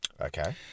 Okay